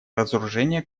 разоружение